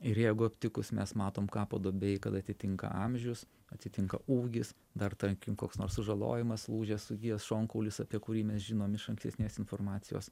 ir jeigu aptikus mes matom kapo duobėj kad atitinka amžius atitinka ūgis dar tarkim koks nors sužalojimas lūžęs sugijęs šonkaulis apie kurį mes žinom iš ankstesnės informacijos